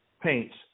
paints